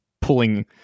pulling